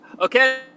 okay